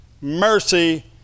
mercy